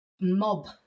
mob